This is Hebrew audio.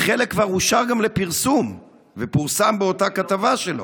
וחלק כבר אושר גם לפרסום ופורסם באותה כתבה שלו,